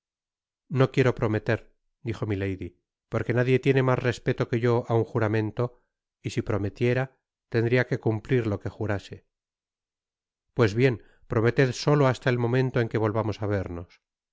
no quiero prometer dijo milady porque nadie tiene mas respeto que yo á un juramento y si prometiera tendria que cumplir lo que jurase pues bien prometed solo hasta el momento en que volvamos á vernos